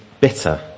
bitter